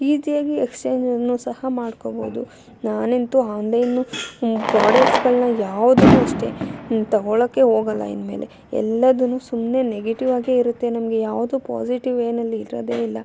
ಈಸಿಯಾಗಿ ಎಕ್ಸ್ಚೇಂಜ್ ಅನ್ನೂ ಸಹ ಮಾಡ್ಕೊಳ್ಬೋದು ನಾನಂತೂ ಆನ್ಲೈನು ಪ್ರೋಡಕ್ಟ್ಸ್ಗಳನ್ನ ಯಾವ್ದನ್ನೂ ಅಷ್ಟೆ ತಗೊಳ್ಳೋಕ್ಕೆ ಹೋಗಲ್ಲ ಇನ್ಮೇಲೆ ಎಲ್ಲದನ್ನೂ ಸುಮ್ಮನೆ ನೆಗೆಟಿವ್ ಆಗೇ ಇರುತ್ತೆ ನಮಗೆ ಯಾವುದೂ ಪಾಸಿಟಿವ್ ಏನಲ್ಲಿ ಇರೋದೇ ಇಲ್ಲ